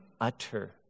utter